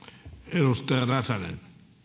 arvoisa